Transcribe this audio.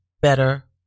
better